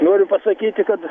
noriu pasakyti kad